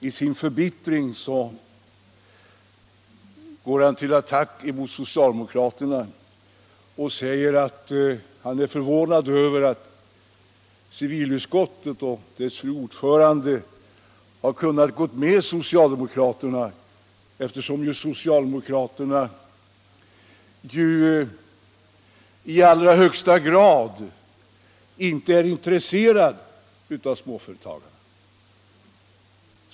I sin förbittring går han till attack mot socialdemokraterna och säger att han är förvånad över att civilutskottet och dess fru ordförande har kunnat följa socialdemokraterna, som i allra högsta grad skulle vara ointresserade av småföretagarna.